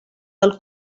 del